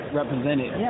represented